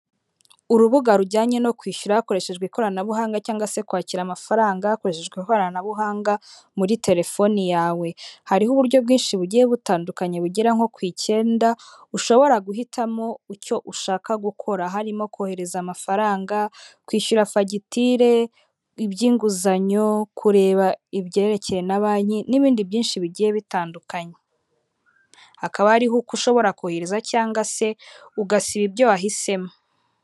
Urubuga rujyanye no kwishyura hakoreshejwe ikoranabuhanga cyangwa se kwakira amafaranga hakoreshejwe ikoranabuhanga muri terefoni yawe, hariho uburyo bwinshi bugiye butandukanye bugera nko ku icyenda, ushobora guhitamo icyo ushaka gukora: harimo kohereza amafaranga, kwishyura fagitire, iby'inguzanyo, kureba ibyerekeye na banki n'ibindi byinshi bigiye bitandukanye. Hakaba hariho uko ushobora kohereza cyangwa se ugasiba ibyo wahisemo.